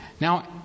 Now